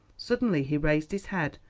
suddenly he raised his head,